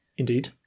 Indeed